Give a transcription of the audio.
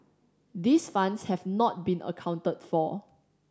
these funds have not been accounted for